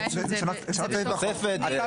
יש תוספת.